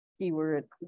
Keyword